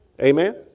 Amen